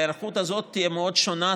ההיערכות הזאת תהיה מאוד שונה,